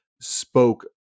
spoke